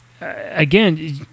Again